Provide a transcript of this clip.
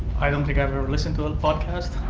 don't think i've ever listened to a podcast.